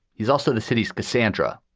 he's also the city's cassandra,